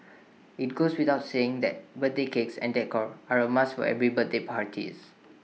IT goes without saying that birthday cakes and decor are A must for every birthday party